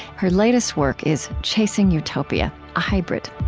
her latest work is chasing utopia a hybrid